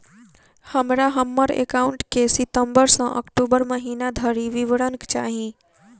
हमरा हम्मर एकाउंट केँ सितम्बर सँ अक्टूबर महीना धरि विवरण चाहि?